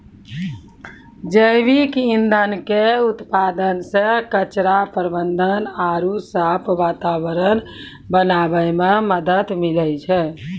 जैविक ईंधन के उत्पादन से कचरा प्रबंधन आरु साफ वातावरण बनाबै मे मदत मिलै छै